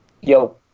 yo